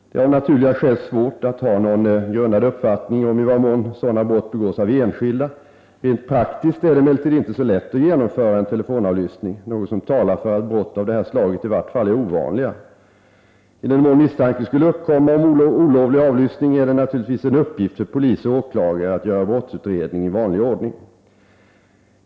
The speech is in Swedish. Det är av naturliga skäl svårt att ha någon grundad uppfattning om i vad mån sådana brott begås av enskilda. Rent praktiskt är det emellertid inte så lätt att genomföra en telefonavlyssning, något som talar för att brott av detta slag i vart fall är ovanliga. I den mån misstanke skulle uppkomma om olovlig avlyssning är det naturligtvis en uppgift för polis och åklagare att göra brottsutredning i vanlig ordning.